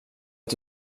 att